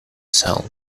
sell